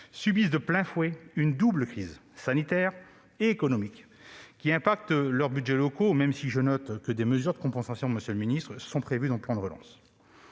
subissent de plein fouet une double crise sanitaire et économique qui affecte leurs budgets locaux, même si je note que des mesures de compensation sont prévues dans le plan de relance,